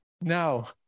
Now